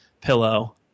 pillow